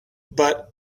but